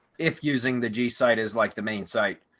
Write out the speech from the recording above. if using the g site is like the main site.